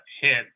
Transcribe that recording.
hit